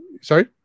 Sorry